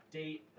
date